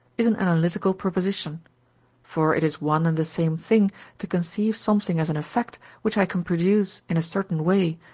is an analytical proposition for it is one and the same thing to conceive something as an effect which i can produce in a certain way,